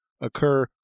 occur